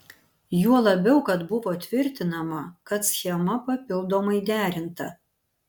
juo labiau kad buvo tvirtinama kad schema papildomai derinta